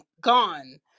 gone